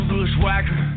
Bushwhacker